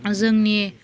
जोंनि